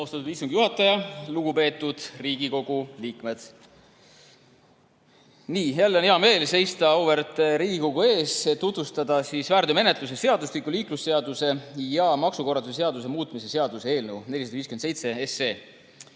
Austatud istungi juhataja! Lugupeetud Riigikogu liikmed! Jälle on hea meel seista auväärt Riigikogu ees, et tutvustada väärteomenetluse seadustiku, liiklusseaduse ja maksukorralduse seaduse muutmise seaduse eelnõu 457.